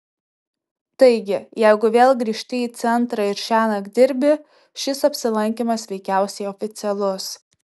taigi jeigu vėl grįžti į centrą ir šiąnakt dirbi šis apsilankymas veikiausiai oficialus